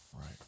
Right